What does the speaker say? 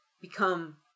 become